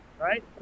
right